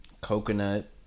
Coconut